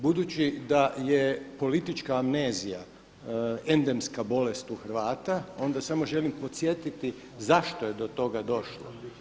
Budući da je politička amnezija, endemska bolest u Hrvata onda samo želim podsjetiti zašto je do toga došlo.